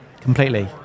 completely